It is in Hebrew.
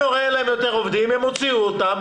מאיר, אני מדבר אליך,